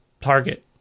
target